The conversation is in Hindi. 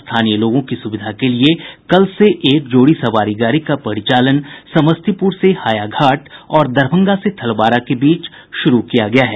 स्थानीय लोगों की सुविधा के लिए कल से एक जोड़ी सवारी गाड़ी का परिचालन समस्तीपुर से हायाघाट और दरभंगा से थलवाड़ा के बीच शुरू किया गया है